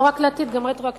לא רק לעתיד, גם רטרואקטיבית.